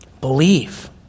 Believe